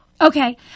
Okay